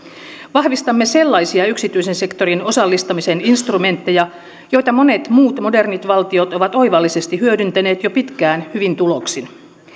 vahvistamme sellaisia yksityisen sektorin osallistamisen instrumentteja joita monet muut modernit valtiot ovat oivallisesti hyödyntäneet jo pitkään hyvin tuloksin